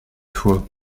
fois